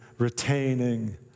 retaining